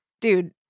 dude